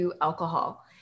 alcohol